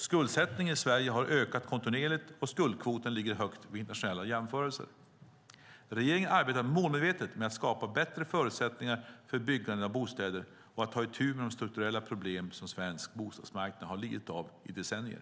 Skuldsättningen i Sverige har ökat kontinuerligt, och skuldkvoten ligger högt vid internationella jämförelser. Regeringen arbetar målmedvetet med att skapa bättre förutsättningar för byggande av bostäder och att ta itu med de strukturella problem som svensk bostadsmarknad har lidit av i decennier.